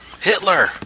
Hitler